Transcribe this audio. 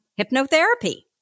hypnotherapy